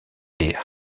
les